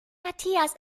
matthias